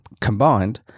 Combined